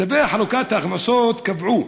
צווי חלוקת ההכנסות קבעו